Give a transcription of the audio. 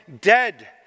dead